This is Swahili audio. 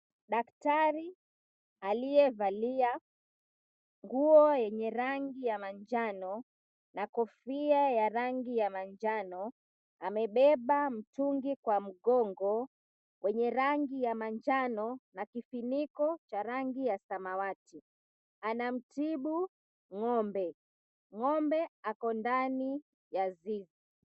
Daktari aliyevalia nguo yenye rangi ya manjano na kofia ya rangi ya manjano amebeba mtungi kwa mgongo wenye rangi ya manjano na kifuniko cha rangi ya samawati. Anamtibu ng'ombe. Ng'ombe ako ndani ya zizi.